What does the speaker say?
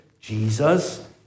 Jesus